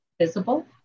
visible